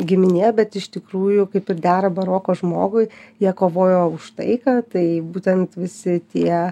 giminė bet iš tikrųjų kaip ir dera baroko žmogui jie kovojo už taiką tai būtent visi tie